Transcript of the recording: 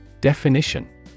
Definition